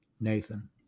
Nathan